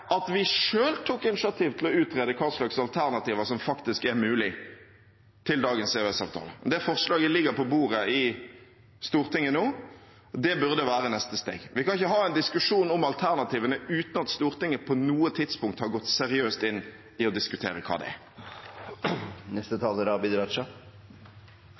at vi selv tok initiativ til å utrede hva slags alternativer til dagens EØS-avtale som faktisk er mulige. Det forslaget ligger på bordet i Stortinget nå, og det burde være neste steg. Vi kan ikke ha en diskusjon om alternativene uten at Stortinget på noe tidspunkt har gått seriøst inn i å diskutere hva de er. Europa står i dag ved flere korsveier, men jeg er